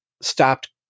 stopped –